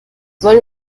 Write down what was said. wollen